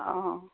অঁ